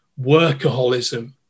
workaholism